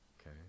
Okay